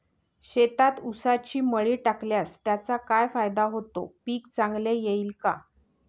शेतात ऊसाची मळी टाकल्यास त्याचा काय फायदा होतो, पीक चांगले येईल का?